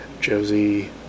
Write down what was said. Josie